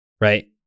right